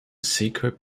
secret